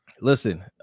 listen